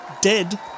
Dead